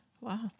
Wow